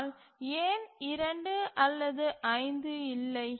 ஆனால் ஏன் 2 அல்லது 5 இல்லை